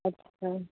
अच्छा